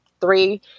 three